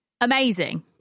amazing